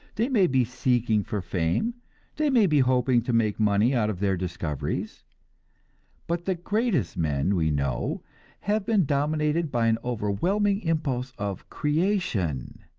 they may be seeking for fame they may be hoping to make money out of their discoveries but the greatest men we know have been dominated by an overwhelming impulse of creation,